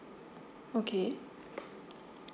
okay